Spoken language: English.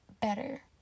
Better